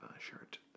shirt